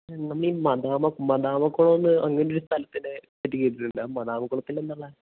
നമ്മളീ മദാമ്മക്കുളമെന്ന് അങ്ങനെയൊരു സ്ഥലത്തിനെപ്പറ്റി കേട്ടിട്ടുണ്ട് ആ മദാമ്മക്കുളത്തില് എന്താണുള്ളത്